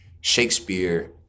shakespeare